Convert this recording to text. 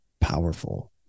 powerful